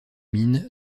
mines